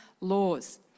laws